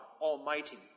Almighty